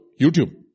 YouTube